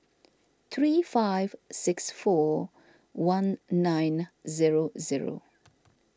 three five six four one nine zero zero